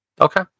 Okay